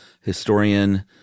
historian